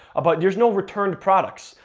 but there's no returned products.